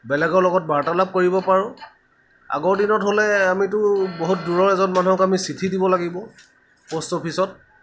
বেলেগৰ লগত বাৰ্তালাপ কৰিব পাৰোঁ আগৰ দিনত হ'লে আমিতো বহুত দূৰৰ এজন মানুহক আমি চিঠি দিব লাগিব পোষ্ট অফিচত